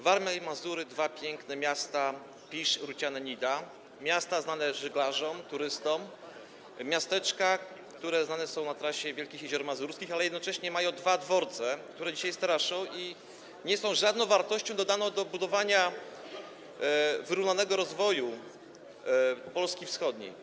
Warmia i Mazury, dwa piękne miasta, Pisz, Ruciane-Nida, miasta znane żeglarzom, turystom, miasteczka, które znane są na trasie wielkich jezior mazurskich, ale jednocześnie mają dwa dworce, które dzisiaj straszą i nie są żadną wartością dodaną, jeżeli chodzi o budowanie wyrównanego rozwoju wschodniej Polski.